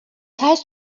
heißt